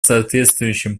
соответствующим